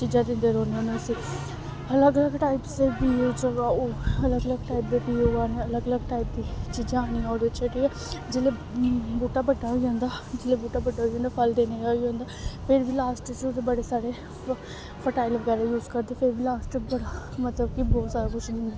चीज़ां दिंदे रौह्न्ने होन्ने उसी अलग अलग टाइप्स दे बीऽ च अलग अलग टाइप दे बीऽ उगान्ने अलग अलग टाइप दी चीज़ां आनियां ओह्दे बिच्च जेल्लै बूह्टा बड्डा होई जंदा जेल्लै बूह्टा बड्डा होई जंदा फल देने होई जंदा फिर बी लास्ट च बड़े सारे फर फर्टाइल बगैरा यूज़ करदे फिर लास्ट मतलब बहुत सारा कुछ